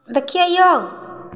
देखियै यौ